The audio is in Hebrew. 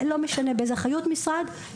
ולא משנה באחריות של משרד הוא נמצא.